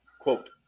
Quote